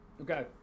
Okay